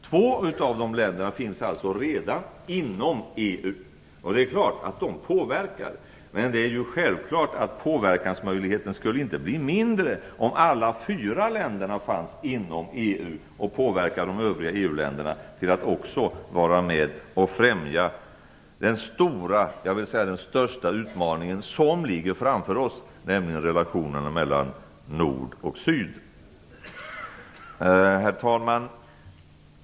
Två av länderna finns alltså redan inom EU. Det är klart att det påverkar. Men det är ju självklart att påverkansmöjligheten inte skulle bli mindre om alla fyra länderna fanns inom EU och påverkade de övriga EU-länderna till att också vara med och främja den stora, jag vill säga den största, utmaningen som ligger framför oss, nämligen relationerna mellan nord och syd. Herr talman!